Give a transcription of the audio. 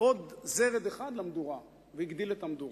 עוד זרד אחד למדורה והגדיל את המדורה.